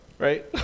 Right